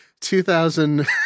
2000